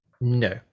No